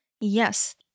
Yes